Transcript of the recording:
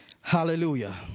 hallelujah